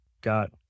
got